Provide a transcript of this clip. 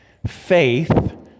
faith